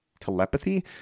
telepathy